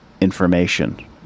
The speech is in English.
information